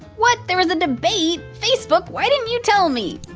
what! there was a debate! facebook, why didn't you tell me?